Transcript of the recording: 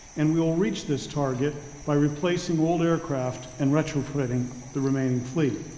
and we will reach this target by replacing old aircraft and retrofitting the remaining fleet.